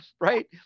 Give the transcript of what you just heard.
right